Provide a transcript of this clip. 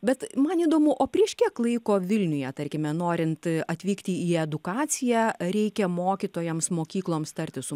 bet man įdomu o prieš kiek laiko vilniuje tarkime norint atvykti į edukaciją reikia mokytojams mokykloms tartis su